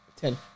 Ten